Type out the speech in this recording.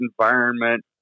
environment